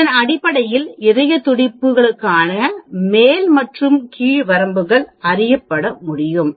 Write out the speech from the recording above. இதன் அடிப்படையில் இதயத்துடிப்பு களுக்கான மேல் மற்றும் கீழ் வரம்புகள் அறியப்படும்முடியும்